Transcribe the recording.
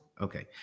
Okay